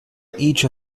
each